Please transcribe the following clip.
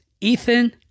Ethan